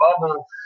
bubble